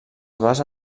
basa